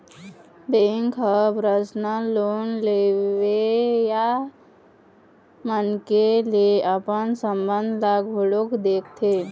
bank ह personal loan लेवइया मनखे ले अपन संबंध ल घलोक देखथे